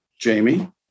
Jamie